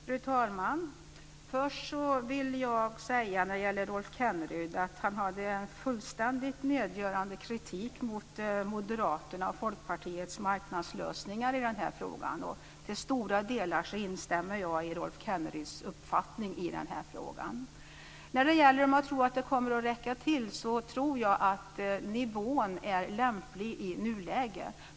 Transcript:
Fru talman! Först vill jag, när det gäller Rolf Kenneryd, säga att han hade en fullständigt nedgörande kritik mot Moderaternas och Folkpartiets marknadslösningar i den här frågan. Till stora delar instämmer jag i Rolf Kenneryds uppfattning i den här frågan. Sedan undrade han om jag tror att det här kommer att räcka till. Jag tror att nivån är lämplig i nuläget.